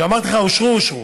כשאמרתי לך אושרו, אושרו.